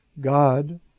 God